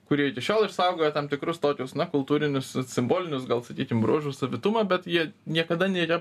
kurie iki šiol išsaugojo tam tikrus tokius na kultūrinius simbolinius gal sakykim bruožų savitumą bet jie niekada nėra